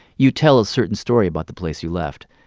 you tell a certain story about the place you left.